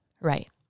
right